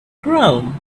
chrome